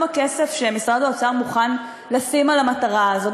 הכסף שמשרד האוצר מוכן לשים למטרה הזאת.